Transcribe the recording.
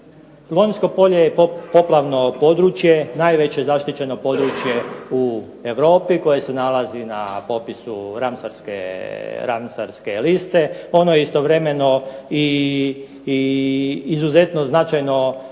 Lonjsko polje je poplavno područje najveće zaštićeno područje u Europi koje se nalazi na popisu Ramsarske liste, ono je istovremeno i izuzetno značajno